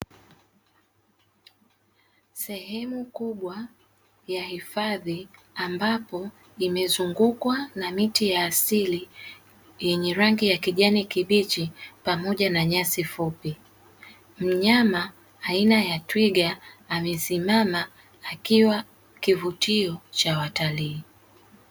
Sehemu kubwa ya hifadhi ambapo imezungukwa na miti ya asili yenye rangi ya kijani kibichi pamoja na nyasi fupi. Mnyama aina ya twiga amesimama akiwa kivutio cha watalii.